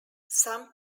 some